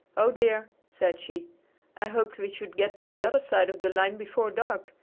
oh, dear! said she i hoped we should get to the other side of the line before dark,